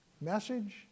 message